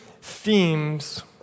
themes